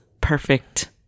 perfect